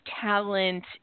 talent